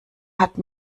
hat